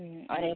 ഒരേ